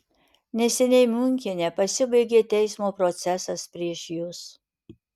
neseniai miunchene pasibaigė teismo procesas prieš jus